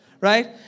Right